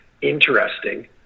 interesting